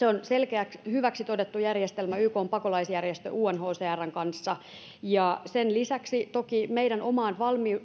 ja hyväksi todettu järjestelmä ykn pakolaisjärjestö unhcrn kanssa sen lisäksi toki meidän omaan